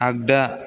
आग्दा